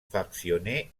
fractionnée